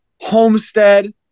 homestead